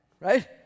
right